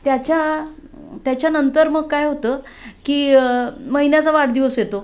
त्याच्या त्याच्यानंतर मग काय होतं की महिन्याचा वाढदिवस येतो